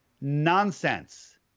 nonsense